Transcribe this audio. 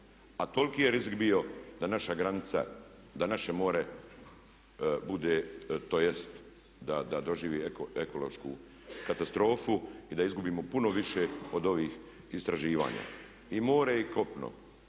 A toliki je rizik bio da naša granica, da naše more bude tj. da doživi ekološku katastrofu i da izgubimo puno više od ovih istraživanja. I more i kopno